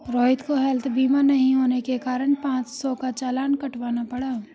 रोहित को हैल्थ बीमा नहीं होने के कारण पाँच सौ का चालान कटवाना पड़ा